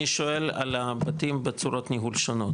אני שואל על הבתים בצורות ניהול שונות,